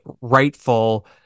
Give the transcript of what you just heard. rightful